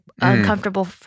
uncomfortable